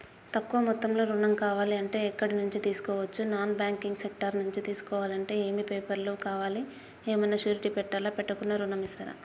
తక్కువ మొత్తంలో ఋణం కావాలి అంటే ఎక్కడి నుంచి తీసుకోవచ్చు? నాన్ బ్యాంకింగ్ సెక్టార్ నుంచి తీసుకోవాలంటే ఏమి పేపర్ లు కావాలి? ఏమన్నా షూరిటీ పెట్టాలా? పెట్టకుండా ఋణం ఇస్తరా?